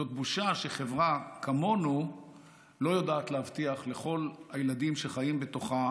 זאת בושה שחברה כמונו לא יודעת להבטיח לכל הילדים שחיים בתוכה